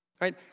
Right